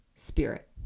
spirit